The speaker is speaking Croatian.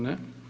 Ne.